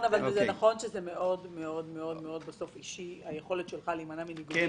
שזה מאוד מאוד אישי היכולת שלך להימנע מניגוד עניינים.